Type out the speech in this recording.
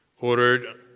ordered